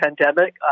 pandemic